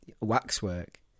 waxwork